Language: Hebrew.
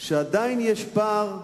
שעדיין יש פער,